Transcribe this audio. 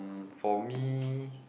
for me